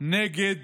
נגד